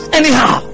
anyhow